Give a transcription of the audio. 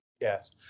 Yes